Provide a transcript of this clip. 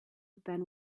than